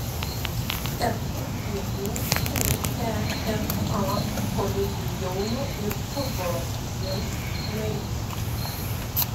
esu dviejų uefa komisijų jaunių ir futbolas visiems narys